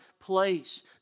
place